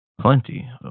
plenty